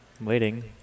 waiting